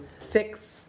fix